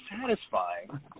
satisfying